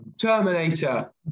Terminator